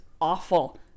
awful